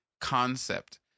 concept